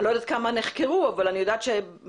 אני לא יודעת כמה נחקרו אבל אני יודעת שבוודאי